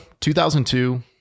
2002